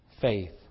faith